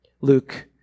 Luke